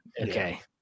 Okay